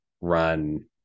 run